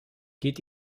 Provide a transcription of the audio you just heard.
geht